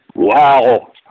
Wow